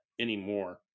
anymore